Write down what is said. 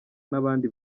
n’abandi